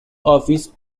office